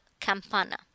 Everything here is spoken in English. campana